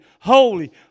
holy